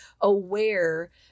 aware